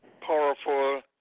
powerful